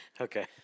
Okay